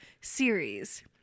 series